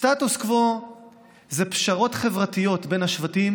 סטטוס קוו זה פשרות חברתיות בין השבטים